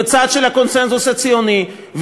בצד של הקונסנזוס הציוני.